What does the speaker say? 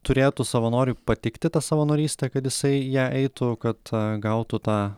turėtų savanoriui patikti ta savanorystė kad jisai į ją eitų kad gautų tą